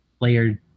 layered